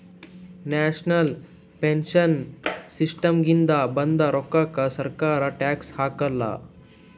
national pension ಸಿಸ್ಟಮ್ನಾಗಿಂದ ಬಂದ್ ರೋಕ್ಕಾಕ ಸರ್ಕಾರ ಟ್ಯಾಕ್ಸ್ ಹಾಕಾಲ್